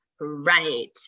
Right